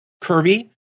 Kirby